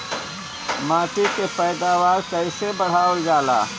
माटी के पैदावार कईसे बढ़ावल जाला?